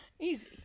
Easy